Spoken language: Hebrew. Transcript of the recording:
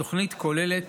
התוכנית כוללת